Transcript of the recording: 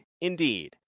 indeed